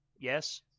Yes